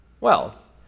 wealth